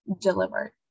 delivered